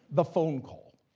the phone call.